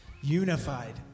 unified